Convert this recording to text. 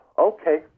okay